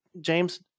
James